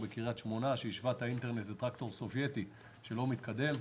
בקרית שמונה בו הוא השווה את האינטרנט לטרקטור סובייטי שלא מתקדם.